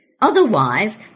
Otherwise